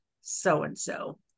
so-and-so